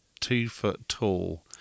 two-foot-tall